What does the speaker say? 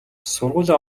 сургуулиа